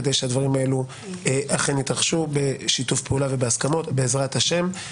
כדי שהדברים האלו אכן יתרחשו בשיתוף פעולה ובהסכמות בעזרת ה'.